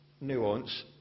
nuance